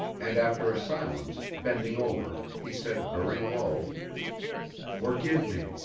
and after a silence, bending over, he said very low forgive me!